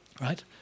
right